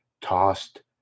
tossed